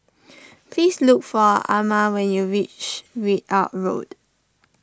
please look for Ama when you reach Ridout Road